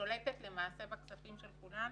ששולטת למעשה בכספים של כולנו,